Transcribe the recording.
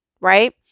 Right